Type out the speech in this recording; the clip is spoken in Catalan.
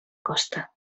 costa